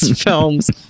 films